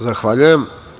Zahvaljujem.